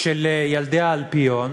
של ילדי האלפיון,